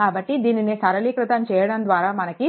కాబట్టి దీనిని సరళీకృతం చేయడం ద్వారా మనకు